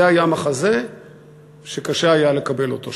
זה היה מחזה שקשה היה לקבל אותו,